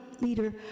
leader